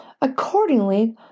Accordingly